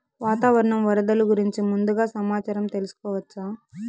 వాతావరణం వరదలు గురించి ముందుగా సమాచారం తెలుసుకోవచ్చా?